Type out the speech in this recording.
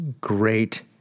great